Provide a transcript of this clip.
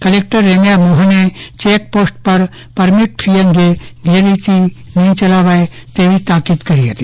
collector રેમ્યા મોહને check post પર પરમીટ ફી અંગે ગેરેરીતિ નહી ચલાવાય તેવી તાકિદ કરી હતી